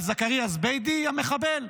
על זכריה זביידי המחבל,